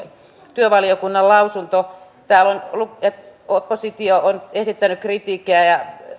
työvaliokunnan lausunto täällä on että oppositio on esittänyt kritiikkiä ja